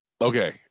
okay